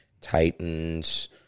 Titans